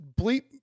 bleep